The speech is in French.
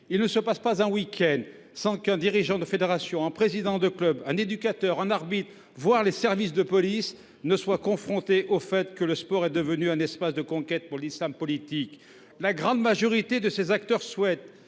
Il ne se passe pas un week end sans qu’un dirigeant de fédération sportive, un président de club, un éducateur, un arbitre, voire les services de police, soient confrontés à cette réalité : le sport est devenu un espace de conquête pour l’islam politique. Une large majorité de ces acteurs souhaitent